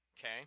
okay